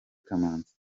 kamanzi